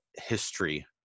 history